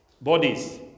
bodies